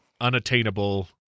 unattainable